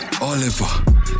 Oliver